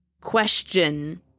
question